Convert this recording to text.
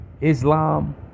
Islam